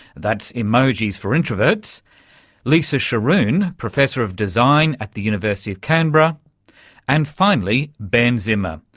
that's emojis for introverts lisa scharoun, professor of design at the university of canberra and finally ben zimmer,